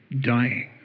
dying